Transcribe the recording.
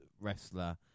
wrestler